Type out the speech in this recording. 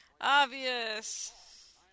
Obvious